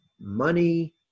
money